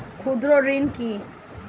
ক্ষুদ্র ঋণ কি?